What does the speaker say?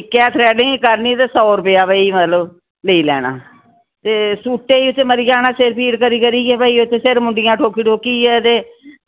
इक्कै थ्रेडिंग करनी ते सौ रपेआ भई मतलब लेई लैना ते सूटे ते मरी जाना सिर पीड़ करी करियै भई सिर मुंडियां ठोकी ठोकियै ते